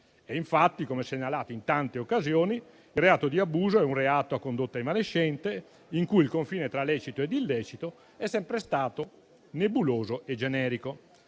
Infatti, come segnalato in tante occasioni, il reato di abuso è un reato a condotta evanescente, in cui il confine tra lecito e illecito è sempre stato nebuloso e generico.